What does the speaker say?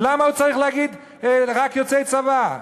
למה הוא צריך להגיד: רק יוצאי צבא?